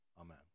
Amen